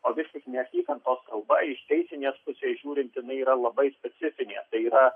o vis tik neapykantos kalba iš teisinės pusės žiūrint jinai yra labai specifinė tai yra